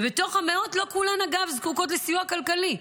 ובתוך המאות לא כולן אגב זקוקות לסיוע כלכלי.